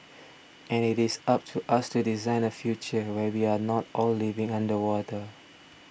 and it is up to us to design a future where we are not all living underwater